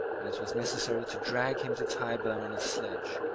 and it was necessary to drag him to tyburn on a sledge.